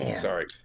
Sorry